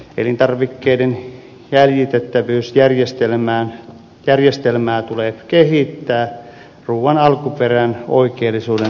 elintarvikkeiden jäljitettävyysjärjestelmää tulee kehittää ruuan alkuperän oikeellisuuden varmistamiseksi